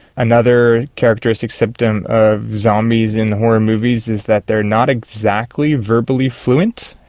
another characteristic symptom of zombies in horror movies is that they are not exactly verbally fluent.